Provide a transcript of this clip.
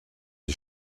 die